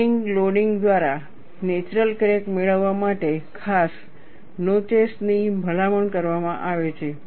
fatigue loading દ્વારા natural crack મેળવવા માટે ખાસ નોચેસની ભલામણ કરવામાં આવે છે